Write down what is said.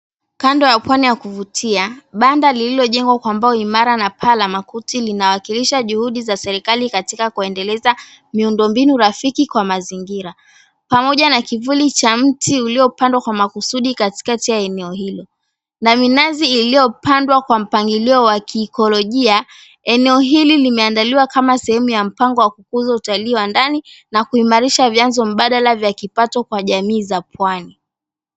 Kando ya pwani ya kuvutia banda lililo jengwa kwa mbao ni imara na paa la makuti lina wakilisha juhudi ya serikali katika kuendeleza miundo mbinu rafiki kwa mazingira pamoja na kivuli cha mti uliopamdwa kwa makusudi katika eneo hilo na minazi iliyopandwa kwa mpangilio wa kiikolojia eneo hili limeandaliwa kama sehemu la kukuza utalii wa ndani na kuimarisha vianzo mbadala ya kipato kwa jamii za pwani.